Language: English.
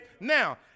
Now